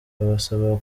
abasaba